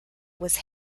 was